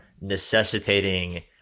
necessitating